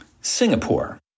Singapore